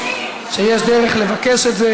שיש דרך לבקש את זה,